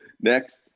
Next